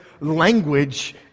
language